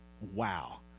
Wow